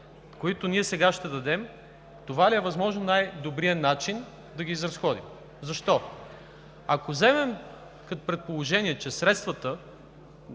които ние сега ще дадем, това ли е възможно най-добрият начин да ги изразходим? Защо? Ако вземем като предположение, че средствата